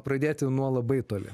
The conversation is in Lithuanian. pradėti nuo labai toli